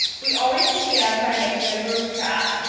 we always began by making a group chat,